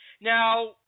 Now